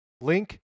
Link